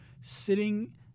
sitting